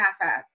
half-assed